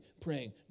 praying